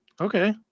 okay